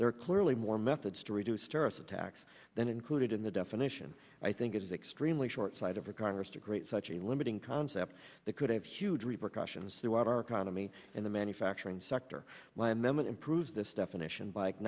are clearly more methods to reduce terrorist attacks than included in the definition i think it is extremely short sighted for congress to create such a limiting concept that could have huge repercussions throughout our economy in the manufacturing sector why memon improves this definition b